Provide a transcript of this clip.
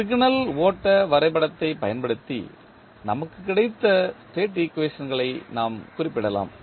signal ஓட்ட வரைபடத்தைப் பயன்படுத்தி நமக்கு கிடைத்த ஸ்டேட் ஈக்குவேஷன்களை நாம் குறிப்பிடலாம்